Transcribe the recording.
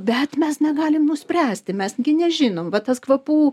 bet mes negalim nuspręsti mes gi nežinom va tas kvapų